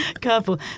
Careful